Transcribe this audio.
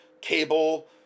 cable